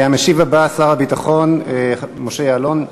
המשיב הבא, שר הביטחון משה יעלון.